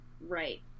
Right